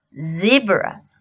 zebra